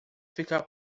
ficar